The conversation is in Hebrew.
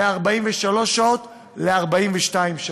מ-43 שעות ל-42 שעות,